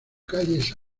calles